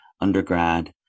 undergrad